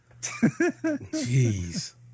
Jeez